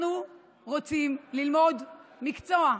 אנחנו רוצים ללמוד מקצוע,